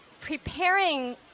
preparing